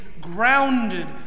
grounded